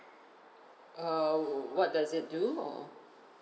err what does it do or